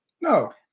No